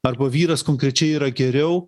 arba vyras konkrečiai yra geriau